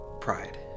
pride